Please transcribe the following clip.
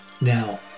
Now